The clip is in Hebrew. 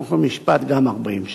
חוק ומשפט גם 40 שנה.